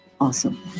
Awesome